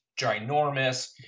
ginormous